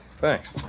Thanks